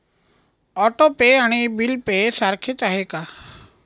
Auto pay आणि bill pay सारखेच आहे का?